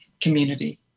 community